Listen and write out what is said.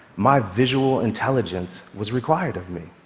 my visual intelligence was required of me.